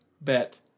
Bet